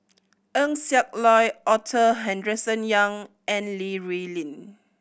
Eng Siak Loy Arthur Henderson Young and Li Rulin